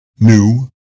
new